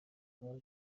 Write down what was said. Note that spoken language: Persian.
میخوای